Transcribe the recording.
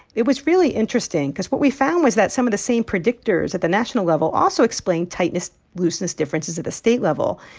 it was really interesting because what we found was that some of the same predictors at the national level also explain tightness-looseness differences at the state level.